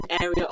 area